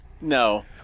no